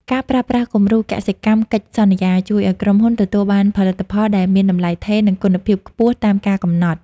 ការប្រើប្រាស់គំរូកសិកម្មកិច្ចសន្យា ជួយឱ្យក្រុមហ៊ុនទទួលបានផលិតផលដែលមានតម្លៃថេរ និងគុណភាពខ្ពស់តាមការកំណត់។